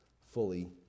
fully